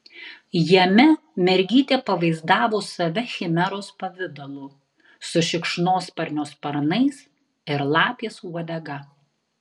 jame mergytė pavaizdavo save chimeros pavidalu su šikšnosparnio sparnais ir lapės uodega